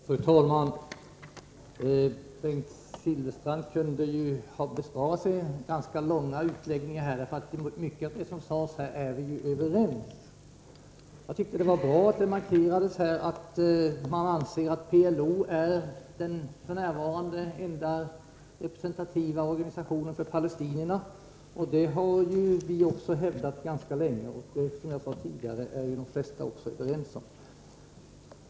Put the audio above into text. Fru talman! Bengt Silfverstrand kunde ha besparat sig ganska mycket av besväret med den långa utläggningen här, för en stor del av det som sagts är vi ju överens om. Jag tyckte det var bra att det markerades att man anser att PLO är den f. n. enda representativa organisationen för palestinierna. Det har ju vi också hävdat ganska länge, och som jag sade tidigare är nu de flesta överens härom.